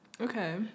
Okay